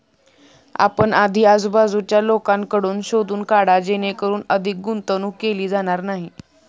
आपण आधी आजूबाजूच्या लोकांकडून शोधून काढा जेणेकरून अधिक गुंतवणूक केली जाणार नाही